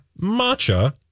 matcha